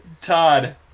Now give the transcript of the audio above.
Todd